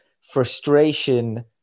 frustration